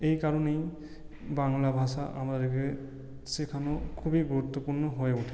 এই কারণেই বাংলা ভাষা আমাদেরকে শেখানো খুবই গুরুত্বপূর্ণ হয়ে ওঠে